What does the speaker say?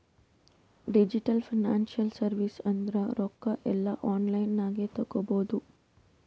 digital financial service ಅಂದುರ್ ರೊಕ್ಕಾ ಎಲ್ಲಾ ಆನ್ಲೈನ್ ನಾಗೆ ತಗೋಬೋದು